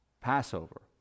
Passover